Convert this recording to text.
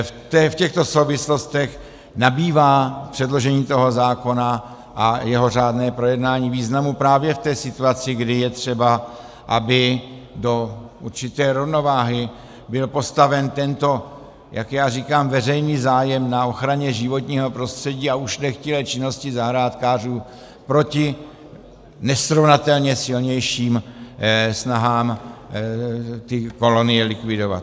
V těchto souvislostech nabývá předložení toho zákona a jeho řádně projednání významu právě v té situaci, kdy je třeba, aby do určité rovnováhy byl postaven tento, jak já říkám, veřejný zájem na ochraně životního prostředí a ušlechtilé činnosti zahrádkářů proti nesrovnatelně silnějším snahám ty kolonie likvidovat.